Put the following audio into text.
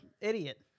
idiot